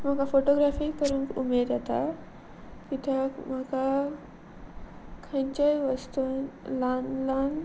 म्हाका फोटोग्राफी करून उमेद येता कित्याक म्हाका खंयच्याय वस्तून ल्हान ल्हान